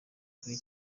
kuri